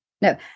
No